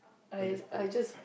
on the spot